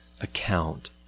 account